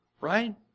right